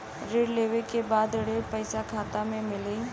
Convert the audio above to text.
ऋण लेवे के बाद ऋण का पैसा खाता में मिली?